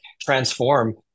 transform